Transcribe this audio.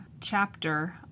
chapter